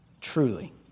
Truly